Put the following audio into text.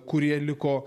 kurie liko